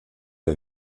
der